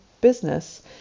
business